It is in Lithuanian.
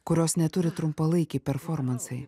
kurios neturi trumpalaikiai performansai